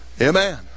Amen